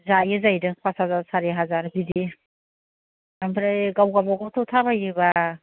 जायो जाहैदों फास हाजार सारि हाजार बिदि ओमफ्राय गाव गाबा गावथ' थाबायोबा